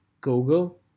Google